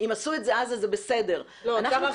אם עשו את זה אז,